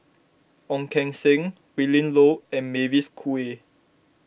Ong Keng Sen Willin Low and Mavis Khoo Oei